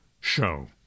show